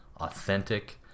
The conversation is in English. authentic